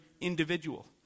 individual